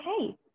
okay